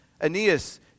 Aeneas